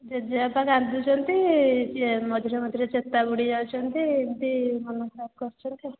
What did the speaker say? ଜେଜେବାପା କାନ୍ଦୁଛନ୍ତି ସିଏ ମଝିରେ ମଝିରେ ଚେତା ବୁଡ଼ିଯାଉଛନ୍ତି ଏମିତି ମନ ଖରାପ କରୁଛନ୍ତି ଆଉ